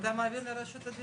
כמה תעודות זהות מונפקות בשנה.